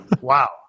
Wow